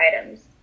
items